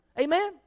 Amen